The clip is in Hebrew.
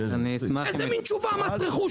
איזה מין תשובה, מס רכוש?